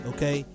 Okay